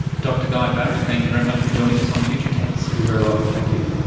dr guy barry, thank you very much for joining us on future tense. you're very welcome, thank you.